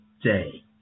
Day